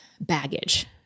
baggage